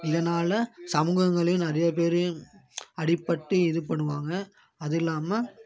இதனால் சமூகங்கள்லேயும் நிறைய பேர் அடிபட்டு இது பண்ணுவாங்க அதில்லாம